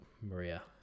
Maria